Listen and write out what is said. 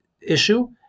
issue